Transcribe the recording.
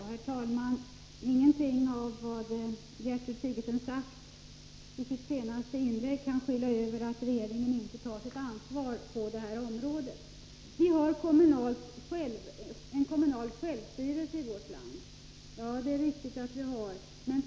Herr talman! Ingenting av vad Gertrud Sigurdsen sade i sitt senaste inlägg kan skyla över det faktum att regeringen inte tar sitt ansvar på detta område. Det är riktigt att vi har kommunal självstyrelse i vårt land.